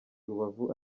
rubavu